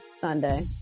Sunday